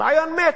הרעיון מת.